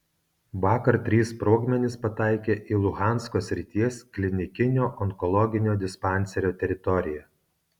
vakar trys sprogmenys pataikė į luhansko srities klinikinio onkologinio dispanserio teritoriją